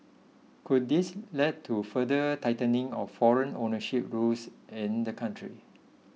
could this lead to further tightening of foreign ownership rules in the country